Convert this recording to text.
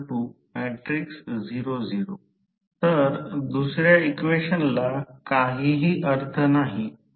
हा Re2 खरोखरच समान प्रतिकार आहे दुय्यम बाजूचा संदर्भ घ्या